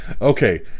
Okay